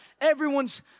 everyone's